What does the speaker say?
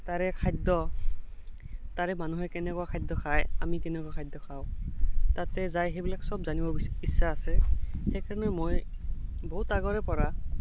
তাৰে খাদ্য তাৰে মানুহে কেনেকুৱা খাদ্য খায় আমি কেনেকুৱা খাদ্য খাওঁ তাতে যাই সেইবিলাক সব জানিব ইচ্ছা আছে সেইকাৰণে মই বহুত আগৰেপৰা